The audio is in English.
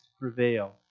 prevail